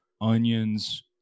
onions